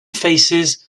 faces